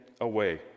away